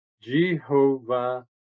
Jehovah